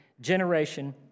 generation